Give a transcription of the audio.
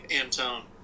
Antone